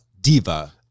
diva